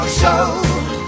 show